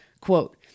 Quote